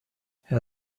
herr